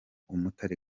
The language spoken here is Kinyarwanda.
umutare